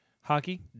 Hockey